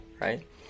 right